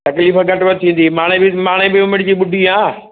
तकलीफ़ घटि वधि थींदी माणे जी माणे जी उमिरि जी ॿुढी आहे